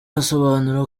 asobanura